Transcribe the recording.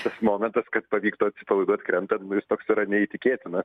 tas momentas kad pavyktų atsipalaiduot krentant nu jis toks yra neįtikėtina